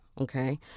okay